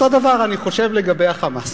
אותו הדבר אני חושב לגבי ה'חמאס'".